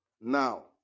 now